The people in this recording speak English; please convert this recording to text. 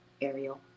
Ariel